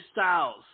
Styles